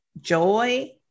joy